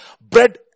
bread